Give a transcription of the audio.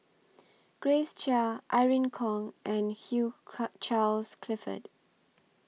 Grace Chia Irene Khong and Hugh Charles Clifford